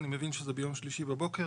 אני מבין שזה ביום שלישי בבוקר,